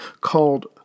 called